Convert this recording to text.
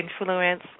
influence